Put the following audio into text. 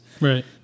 Right